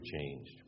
changed